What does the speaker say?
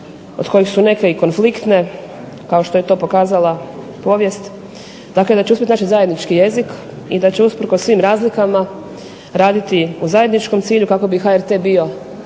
od kojih su neke i konfliktne, kao što je to pokazala povijest, da će uspjeti naći zajednički jezik i da će usprkos svim razlikama raditi u zajedničkom cilju kako bi HRT bio